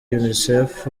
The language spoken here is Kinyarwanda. unicef